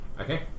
Okay